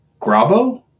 Grabo